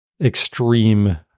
extreme